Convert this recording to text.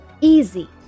easy